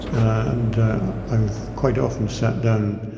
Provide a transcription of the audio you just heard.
and i've quite often sat down,